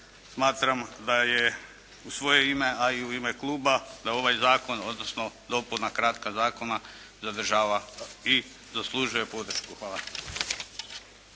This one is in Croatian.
smatram da je, u svoj ime a i u ime Kluba da ovaj Zakon odnosno, dopuna kratka Zakona zadržava i zaslužuje podršku. Hvala.